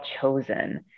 chosen